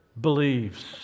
Believes